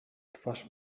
twarz